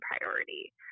priority